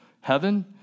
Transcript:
heaven